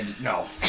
No